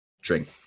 drink